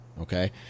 okay